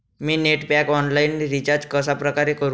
मी net pack online recharge कशाप्रकारे करु?